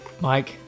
Mike